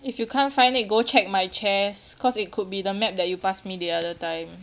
if you can't find it go check my chest because it could be the map that you passed me the other time